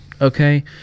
okay